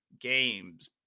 Games